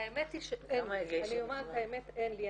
האמת היא שאין לי, אני אומר את האמת, אין לי.